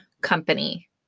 company